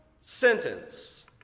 sentence